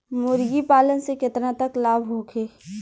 मुर्गी पालन से केतना तक लाभ होखे?